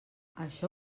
això